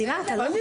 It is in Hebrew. כבר דיברת, לא?